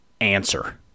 answer